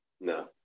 No